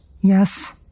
Yes